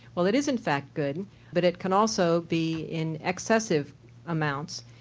well, it is in fact good but it can also be in excessive amounts,